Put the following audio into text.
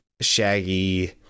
Shaggy